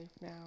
now